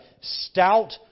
stout